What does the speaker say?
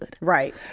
Right